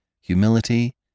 Humility